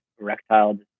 erectile